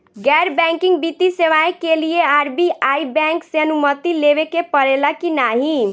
गैर बैंकिंग वित्तीय सेवाएं के लिए आर.बी.आई बैंक से अनुमती लेवे के पड़े ला की नाहीं?